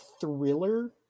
thriller